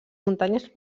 muntanyes